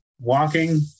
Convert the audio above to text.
walking